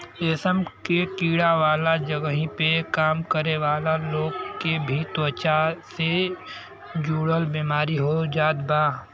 रेशम के कीड़ा वाला जगही पे काम करे वाला लोग के भी त्वचा से जुड़ल बेमारी हो जात बा